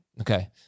Okay